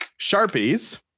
sharpies